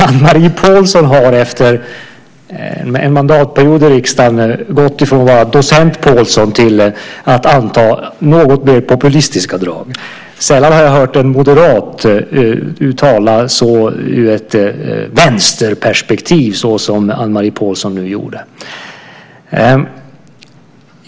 Anne-Marie Pålsson har efter en mandatperiod i riksdagen gått ifrån att vara docent Pålsson till att anta något mer populistiska drag. Sällan har jag hört en moderat tala så ur ett vänsterperspektiv som Anne-Marie Pålsson nu gjorde.